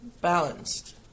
balanced